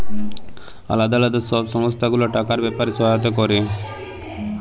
আলদা আলদা সব সংস্থা গুলা টাকার ব্যাপারে সহায়তা ক্যরে